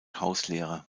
hauslehrer